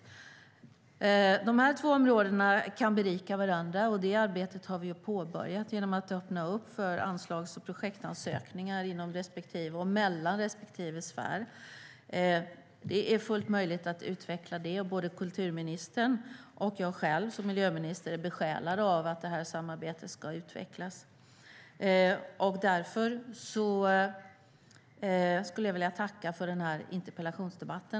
De två områdena kan berika varandra, och det arbetet har vi påbörjat genom att öppna upp för anslags och projektansökningar inom och mellan respektive sfär. Det är fullt möjligt att utveckla det. Både kulturministern och jag som miljöminister är besjälade av att det samarbetet ska utvecklas. Därför skulle jag vilja tacka för interpellationsdebatten.